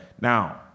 Now